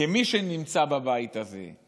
כמי שנמצא בבית הזה,